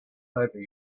over